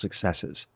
successes